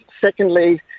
secondly